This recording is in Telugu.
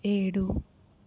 ఏడు